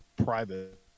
private